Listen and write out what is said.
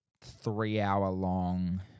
three-hour-long